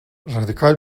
radikal